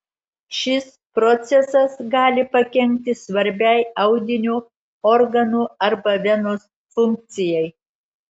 šis procesas gali pakenkti svarbiai audinio organo arba venos funkcijai